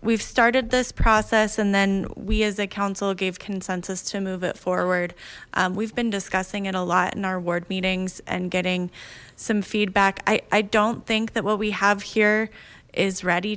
we've started this process and then we as a council gave consensus to move it forward we've been discussing it a lot in our board meetings and getting some feedback i i don't think that what we have here is ready